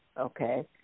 okay